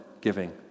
giving